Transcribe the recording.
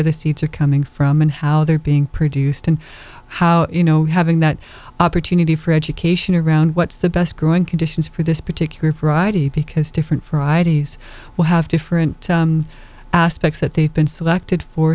the seeds are coming from and how they're being produced and how you know having that opportunity for education around what's the best growing conditions for this particular variety because different fridays will have different aspects that they've been selected or